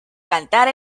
cantar